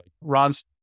Ron's